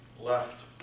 left